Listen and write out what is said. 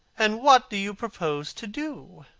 and what do you propose to do?